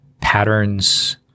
patterns